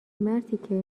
مرتیکه